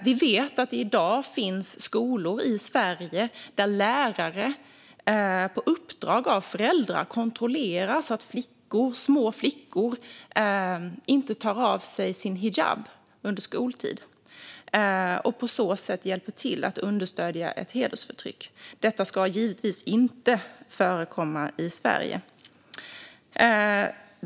Vi vet att det i dag finns skolor i Sverige där lärare på uppdrag av föräldrar kontrollerar att små flickor inte tar av sig sin hijab under skoltid och på så sätt hjälper till att understödja ett hedersförtryck. Detta ska givetvis inte förekomma i Sverige.